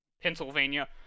Pennsylvania